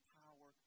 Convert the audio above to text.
power